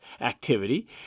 activity